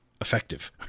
effective